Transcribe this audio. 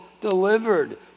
delivered